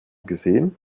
gesehen